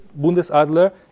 Bundesadler